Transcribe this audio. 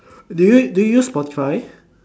do you do you use spotify